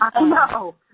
No